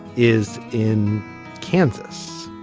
is in kansas.